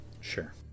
sure